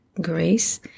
grace